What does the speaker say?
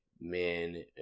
men